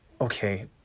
okay